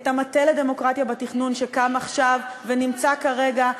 את המטה לדמוקרטיה בתכנון שקם עכשיו ונמצא כרגע,